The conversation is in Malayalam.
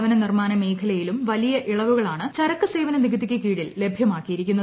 ഭവന നിർമ്മാണ മേഖലയിലും വലിയ ഇളവുകളാണ് ചരക്കുസേവന നികുതിക്ക് കീഴിൽ ലഭൃമാക്കിയിരിക്കുന്നത്